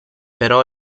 però